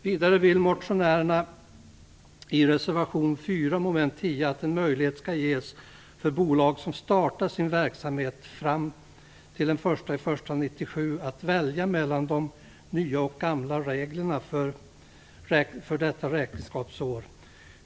Vidare vill motionärerna i reservation 4 avseende mom. 10 att en möjlighet skall ges för bolag som startar sin verksamhet fram till den 1 januari 1997 att välja mellan de nya och de gamla reglerna för detta räkenskapsår.